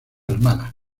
hermana